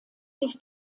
sich